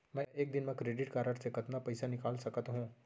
मैं एक दिन म क्रेडिट कारड से कतना पइसा निकाल सकत हो?